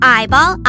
Eyeball